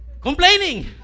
Complaining